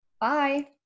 Bye